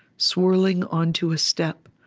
swirling onto a step,